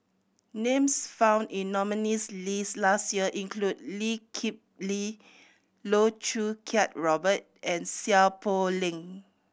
names found in nominees' list last year include Lee Kip Lee Loh Choo Kiat Robert and Seow Poh Leng